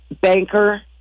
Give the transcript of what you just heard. banker